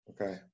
Okay